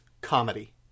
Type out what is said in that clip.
Comedy